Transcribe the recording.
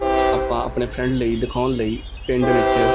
ਆਪਾਂ ਆਪਣੇ ਫਰੈਂਡ ਲਈ ਦਿਖਾਉਣ ਲਈ ਪਿੰਡ ਵਿੱਚ